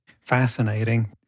Fascinating